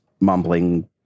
mumbling